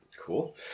Cool